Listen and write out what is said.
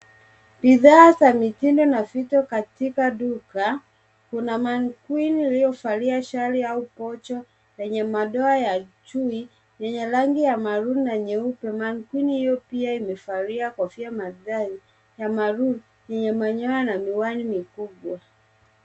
Bidhaa za mitindo na vito katika duka. Kuna mannequin iliyovalia shati au pocho lenye madoa ya chui lenye rangi ya maroon na nyeupe. Mannequin hiyo pia imevalia kofia maridadi ya maroon yenye manyoya na miwani mikubwa